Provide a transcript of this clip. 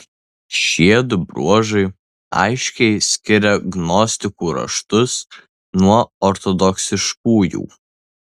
šiedu bruožai aiškiai skiria gnostikų raštus nuo ortodoksiškųjų